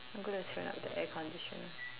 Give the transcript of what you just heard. I'm gonna turn up the air condition